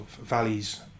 Valley's